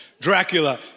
Dracula